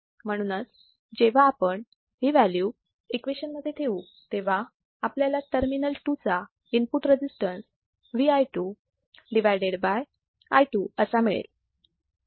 म्हणूनच जेव्हा आपण ही व्हॅल्यू इक्वेशन मध्ये ठेवू तेव्हा आपल्याला टर्मिनल टू चा input resistance V i2 i2 असा मिळेल